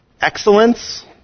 excellence